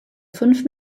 fünf